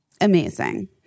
amazing